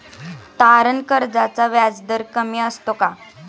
तारण कर्जाचा व्याजदर कमी असतो का?